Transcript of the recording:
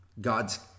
God's